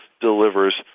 delivers